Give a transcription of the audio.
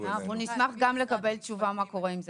אנחנו נשמח גם לקבל תשובה מה קורה עם זה.